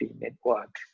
network